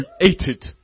created